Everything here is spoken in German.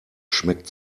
schmeckt